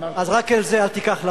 אז רק את זה אל תיקח לנו.